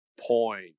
point